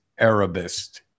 Arabist